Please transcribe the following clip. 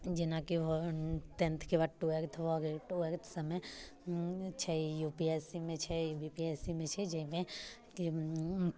जेनाकि टेंथके बाद ट्वेल्थ भऽ गेल ट्वेल्थ सबमे छै यूपीएससीमे छै बीपीएससीमे छै जाहिमे कि